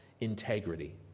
integrity